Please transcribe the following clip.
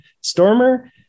Stormer